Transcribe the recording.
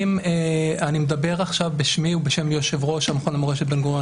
אני מדבר עכשיו בשמי ובשם יושב-ראש המכון למורשת בן-גוריון,